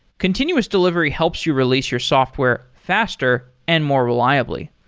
continuous delivery helps you re lease your software faster and more re liab ly.